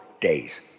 days